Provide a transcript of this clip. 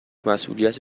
مسئولیت